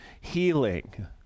healing